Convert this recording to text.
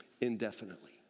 indefinitely